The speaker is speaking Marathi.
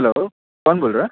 हॅलो कोण बोलरा